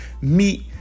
meet